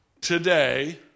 today